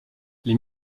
les